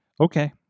okay